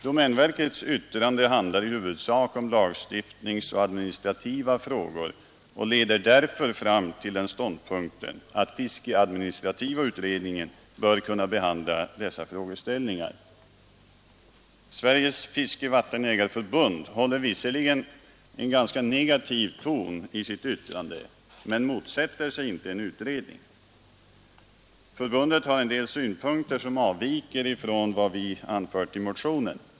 Domänverkets yttrande handlar i huvudsak om lagstiftningsoch administrativa frågor och leder därför fram till den ståndpunkten att fiskeadministrativa utredningen bör kunna behandla dessa frågeställningar. Sveriges fiskevattenägareförbund håller visserligen en ganska negativ ton i sitt yttrande men motsätter sig inte en utredning. Förbundet har en del synpunkter som avviker från vad vi anfört i motionen.